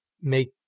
make